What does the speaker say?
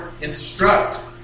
instruct